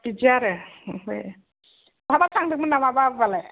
बिदि आरो ओमफाय माहाबा थांदोंमोन नामा बाबु आलाय